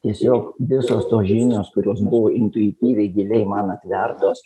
tiesiog visos tos žinios kurios buvo intuityviai giliai man atvertos